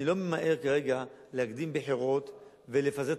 אני לא ממהר כרגע להקדים בחירות ולפזר את